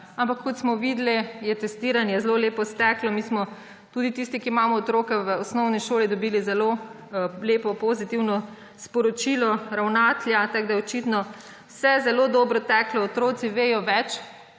ampak kot smo videli, je testiranje zelo lepo steklo. Mi, tisti, ki imamo otroke v osnovni šoli, smo dobili zelo lepo, pozitivno sporočilo ravnatelja, tako da je očitno vse zelo dobro teklo. Otroci vedo več,